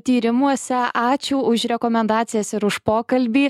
tyrimuose ačiū už rekomendacijas ir už pokalbį